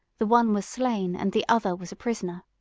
the one was slain and the other was a prisoner.